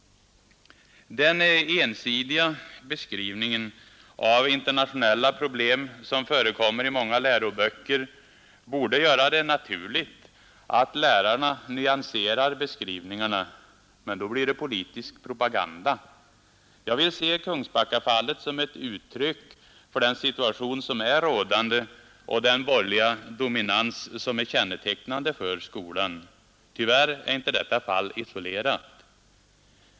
Den ensidiga beskrivning av internationella problem som förekommer i många läroböcker borde göra det naturligt att lärarna nyanserar beskrivningarna. Men då blir det ”politisk propaganda”. Jag vill se Kungsbackafallet som ett uttryck för den situation som är rådande och den borgerliga dominans som är kännetecknande för skolan. Tyvärr är inte detta fall isolerat.